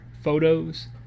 photos